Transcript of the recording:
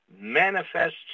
manifests